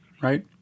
right